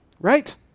right